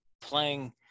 playing